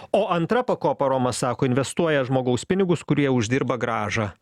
o antra pakopa romas sako investuoja žmogaus pinigus kurie uždirba grąžą